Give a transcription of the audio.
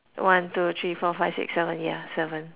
one two three four five six seven yeah seven